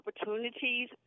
opportunities